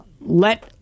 let